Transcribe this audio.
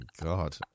God